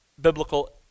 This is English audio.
biblical